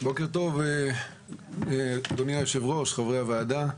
בוקר טוב אדוני היושב ראש, חברי הוועדה.